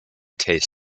taste